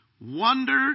Wonder